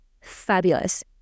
fabulous